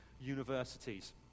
universities